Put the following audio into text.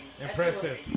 Impressive